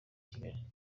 kigali